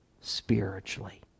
spiritually